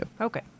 okay